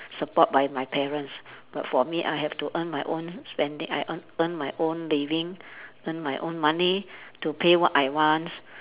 support by my parents but for me I have to earn my own spending I earn earn my own living earn my own money to pay what I wants